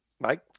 Mike